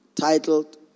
titled